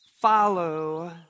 follow